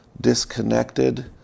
disconnected